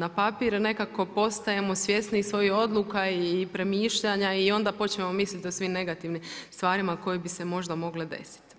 na papir nekako postajemo svjesniji svojih odluka i premišljanja i onda počnemo mislit o svim negativnim stvarima koje bi se možda mogle desiti.